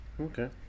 okay